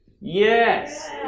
Yes